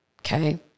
okay